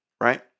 right